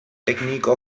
technique